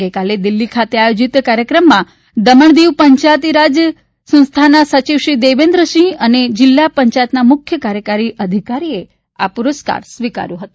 ગઇકાલે દિલ્ફી ખાતે આયોજીત કાર્યક્રમમાં દમણ દીપ પંચાયતી રાજ સંખ્યાના સચિવ શ્રી દેવિન્દર સિંહ અને જિલ્લા પંચાયતના મુખ્ય કાર્યકારી અધિકારીએ આ પુરસ્કાર સ્વીકાર્યો હતો